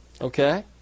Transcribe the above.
Okay